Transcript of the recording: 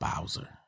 bowser